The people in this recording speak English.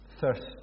thirst